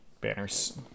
banners